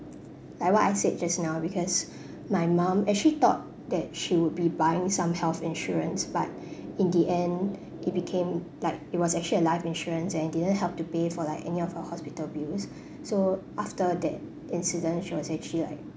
like what I said just now because my mum actually thought that she would be buying some health insurance but in the end it became like it was actually a life insurance and it didn't help to pay for like any of her hospital bills so after that incident she was actually like